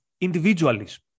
individualism